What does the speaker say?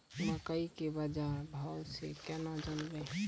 मकई के की बाजार भाव से केना जानवे?